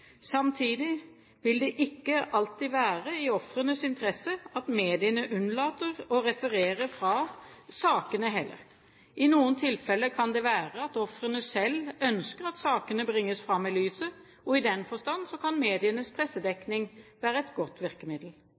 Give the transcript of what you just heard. Samtidig vil det ikke alltid være i ofrenes interesse at mediene unnlater å referere fra sakene heller. I noen tilfeller kan det være at ofrene selv ønsker at sakene bringes fram i lyset, og i den forstand kan medienes pressedekning være et godt virkemiddel.